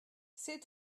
c’est